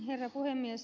herra puhemies